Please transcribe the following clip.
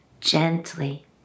Gently